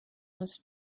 was